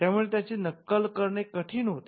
या मुळे त्यांची नक्कल करणे कठीण होते